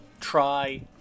try